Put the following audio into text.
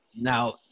Now –